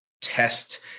test